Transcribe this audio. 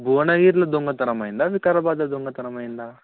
భువనగిరిలో దొంగతనం అయిందా వికారాబాద్లో దొంగతనం అయిందా